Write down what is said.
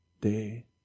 day